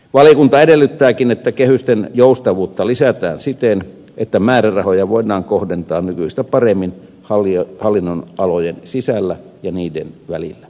valiokunta edellyttääkin että kehysten joustavuutta lisätään siten että määrärahoja voidaan kohdentaa nykyistä paremmin hallinnonalojen sisällä ja niiden välillä